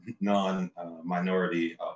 non-minority